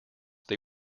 they